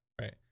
right